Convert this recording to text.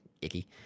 icky